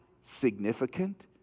significant